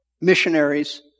missionaries